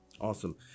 Awesome